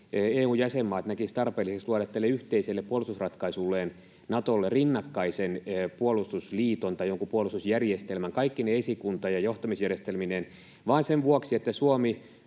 että EU:n jäsenmaat näkisivät tarpeelliseksi luoda tälle yhteiselle puolustusratkaisulleen Natolle rinnakkaisen puolustusliiton tai jonkun puolustusjärjestelmän kaikkine esikunta- ja johtamisjärjestelmineen vain sen vuoksi, että Suomi,